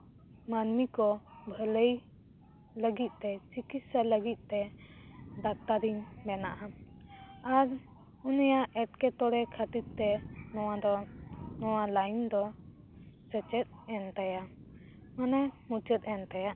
ᱢᱟᱹᱱᱢᱤ ᱠᱚ ᱵᱷᱟᱹᱞᱟᱹᱭ ᱞᱟᱹᱜᱤᱫ ᱛᱮ ᱪᱤᱠᱤᱛᱥᱟ ᱞᱟᱹᱜᱤᱫ ᱛᱮ ᱰᱟᱠᱛᱟᱨᱤᱧ ᱵᱮᱱᱟᱜᱼᱟ ᱟᱨ ᱩᱱᱤᱭᱟᱜ ᱮᱴᱠᱮᱴᱚᱬᱮ ᱠᱷᱟᱹᱛᱤᱨ ᱛᱮ ᱱᱚᱣᱟ ᱫᱚ ᱱᱚᱣᱟ ᱞᱟᱭᱤᱱ ᱫᱚ ᱥᱮᱪᱮᱫ ᱮᱱ ᱛᱟᱭᱟ ᱢᱟᱱᱮ ᱢᱩᱪᱟᱹᱫ ᱮᱱ ᱛᱟᱭᱟ